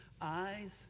eyes